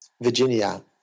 Virginia